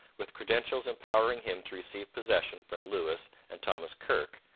with credentials empowering him to receive possession from lewis and thomas kirke,